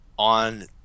on